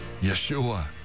Yeshua